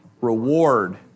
Reward